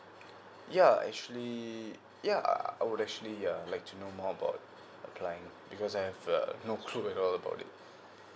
ya actually ya uh I would actually ya like to know more about applying it because I have the no clue at all about it